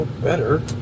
better